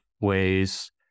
ways